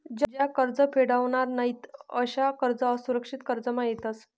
ज्या कर्ज फेडावनार नयीत अशा कर्ज असुरक्षित कर्जमा येतस